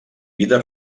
vida